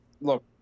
look